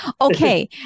Okay